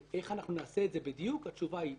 יש התייחסות לערבות כחלק מאשראי ולכן הצורך הזה להבהרה נוצר.